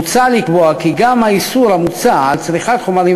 מוצע לקבוע כי גם האיסור המוצע של צריכת חומרים